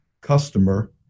customer